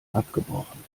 abgebrochen